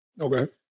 Okay